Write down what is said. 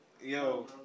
Yo